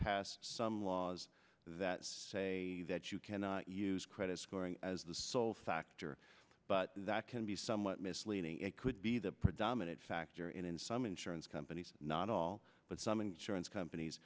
passed some laws that say that you cannot use credit scoring as the sole factor but that can be somewhat misleading it could be the predominant factor in some insurance companies not all but some insurance companies